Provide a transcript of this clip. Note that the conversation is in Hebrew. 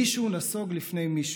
מישהו נסוג לפני מישהו,